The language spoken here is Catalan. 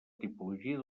tipologia